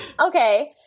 Okay